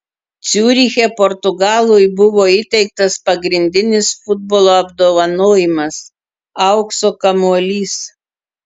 ciuriche portugalui buvo įteiktas pagrindinis futbolo apdovanojimas aukso kamuolys